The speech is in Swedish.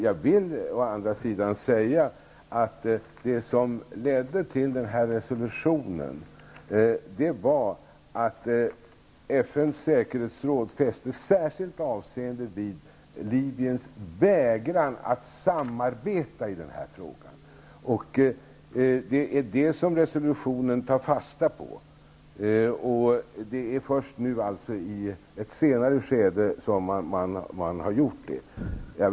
Jag vill dock säga att bakgrunden till resolutionen var att FN:s säkerhetsråd fäste särskilt avseende vid Libyens vägran att samarbeta i den här frågan. Resolutionen tar fasta på detta, och det är först nu i ett senare skede som man har kommit någon vart.